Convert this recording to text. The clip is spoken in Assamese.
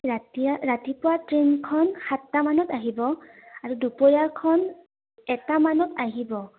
ৰাতি ৰাতিপুৱা ট্ৰেইনখন সাতটামানত আহিব আৰু দুপৰীয়াখন এটামানত আহিব